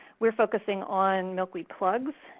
we're focusing on milkweed plugs.